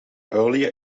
earlier